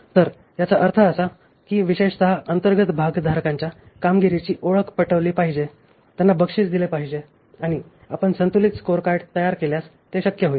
तर याचा अर्थ असा आहे की विशेषत अंतर्गत भागधारकांच्या कामगिरीची ओळख पटवली पाहिजे त्यांना बक्षीस दिले पाहिजे आणि आपण संतुलित स्कोरकार्ड तयार केल्यास ते शक्य होईल